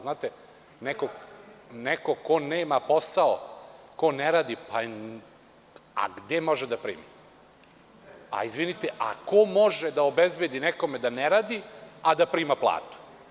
Znate, neko ko nema posao, ko ne radi gde može da primi, ko može da obezbedi nekome da ne radi, a da prima platu?